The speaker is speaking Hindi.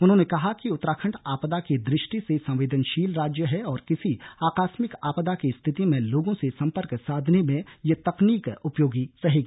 उन्होंने कहा कि उत्तराखण्ड आपदा की दृष्टि से संवदेनशील राज्य है और किसी आकस्मिक आपदा की स्थिति में लोगों से सम्पर्क साधने में यह तकनीक उपयोगी रहेगी